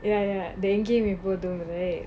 ya ya the எங்கேயும் எப்போதும்:enggeyum eppothum right